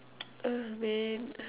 ah man